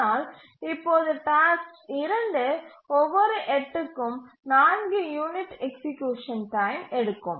ஆனால் இப்போது டாஸ்க் 2 ஒவ்வொரு 8 க்கும் 4 யூனிட் எக்சீக்யூசன் டைம் எடுக்கும்